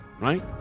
right